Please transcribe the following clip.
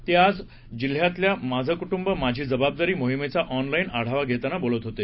ते आज जिल्ह्यातल्या माझ कूटुंब माझी जबाबदारी मोहिमेचा ऑनलाईन आढावा घेताना बोलत होते